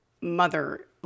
mother